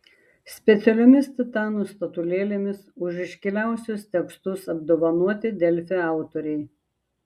specialiomis titanų statulėlėmis už iškiliausius tekstus apdovanoti delfi autoriai